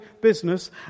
business